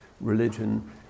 religion